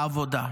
העבודה,